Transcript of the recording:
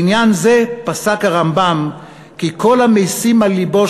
לעניין זה פסק הרמב"ם כי "כל המשים על לבו